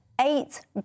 Eight